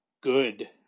good